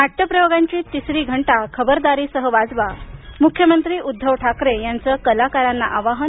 नाट्यप्रयोगांची तिसरी घंटा खबरदारीसह वाजवा मुख्यमंत्री उद्धव ठाकरे यांचं कलाकारांना आवाहन